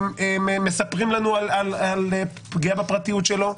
מספרים לנו על פגיעה בפרטיות שלו,